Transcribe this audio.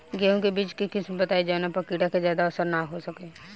गेहूं के बीज के किस्म बताई जवना पर कीड़ा के ज्यादा असर न हो सके?